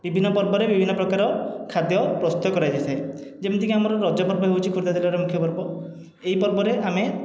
ବିଭିନ୍ନ ପର୍ବରେ ବିଭିନ୍ନ ପ୍ରକାର ଖାଦ୍ୟ ପ୍ରସ୍ତୁତ କରାଯାଇଥାଏ ଯେମିତିକି ଆମର ରଜପର୍ବ ହେଉଛି ଖୋର୍ଦ୍ଧା ଜିଲ୍ଲାରେ ମୁଖ୍ୟ ପର୍ବ ଏଇ ପର୍ବରେ ଆମେ